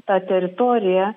ta teritorija